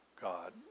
God